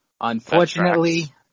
Unfortunately